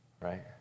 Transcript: Right